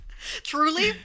Truly